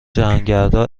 جهانگردا